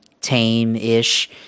tame-ish